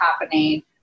happening